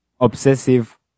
obsessive